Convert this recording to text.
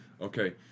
Okay